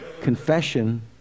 confession